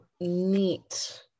neat